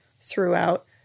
throughout